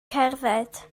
cerdded